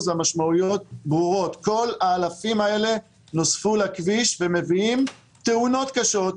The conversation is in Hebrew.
המשמעויות ברורות כל האלפים האלה נוספו לכביש ומביאים תאונות קשות.